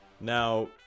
Now